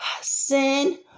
sin